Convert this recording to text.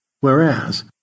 whereas